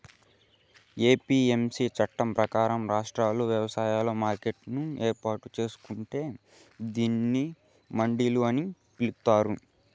APMC చట్టం ప్రకారం, రాష్ట్రాలు వ్యవసాయ మార్కెట్లను ఏర్పాటు చేసుకొంటే దానిని మండిలు అని పిలుత్తారు